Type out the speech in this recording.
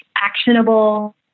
actionable